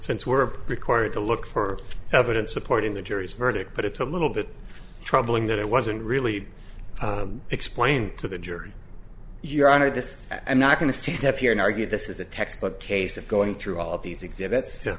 since we're required to look for evidence supporting the jury's verdict but it's a little bit troubling that it wasn't really explained to the jury your honor this i'm not going to stand up here and argue this is a textbook case of going through all of these exhibit